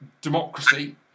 democracy